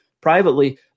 privately